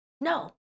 No